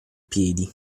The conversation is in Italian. piedi